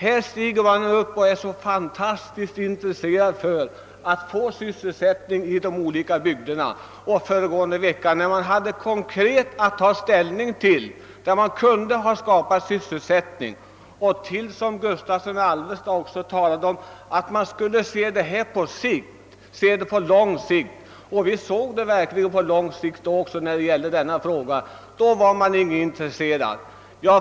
Här stiger de borgerliga nu upp och är kolossalt intresserade av att skapa sysselsättning i de' olika bygderna, medan de förra veckan, när vi hade att ta ställning till konkreta åtgärder, vilka på lång sikt — som herr Gustavsson i Alvesta sade — skulle skapa sysselsätt ningsmöjligheter, inte var intresserade.